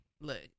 look